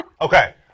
Okay